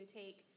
take